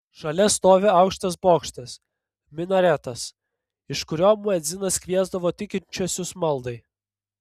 šalia stovi aukštas bokštas minaretas iš kurio muedzinas kviesdavo tikinčiuosius maldai